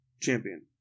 Champion